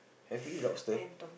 have we eat lobster